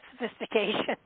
sophistication